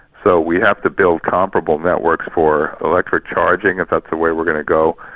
so we have to build comparable networks for electric charging, if that's the way we're going to go,